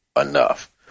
enough